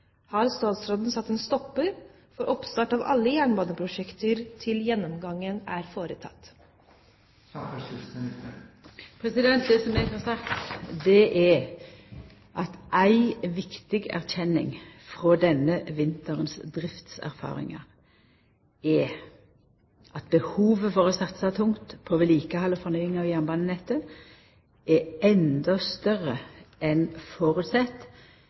Har statsråden satt en stopper for oppstart av alle jernbaneprosjekter til gjennomgangen er foretatt?» Det som eg har sagt, er at ei viktig erkjenning frå denne vinterens driftserfaringar er at behovet for å satsa tungt på vedlikehald og fornying av jernbanenettet er endå større enn